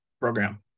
program